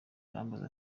arambaza